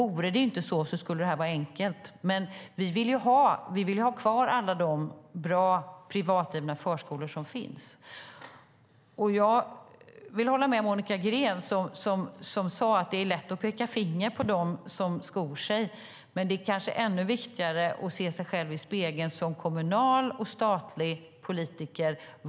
Om det inte vore så skulle detta vara enkelt. Vi vill ha kvar alla de bra privat drivna förskolor som finns. Jag håller med Monica Green om att det är lätt att peka finger mot dem som skor sig. Men det är kanske ännu viktigare att se sig själv i spegeln som kommunal och statlig politiker.